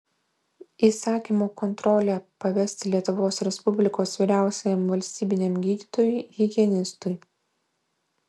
įsakymo kontrolę pavesti lietuvos respublikos vyriausiajam valstybiniam gydytojui higienistui